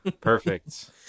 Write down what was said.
perfect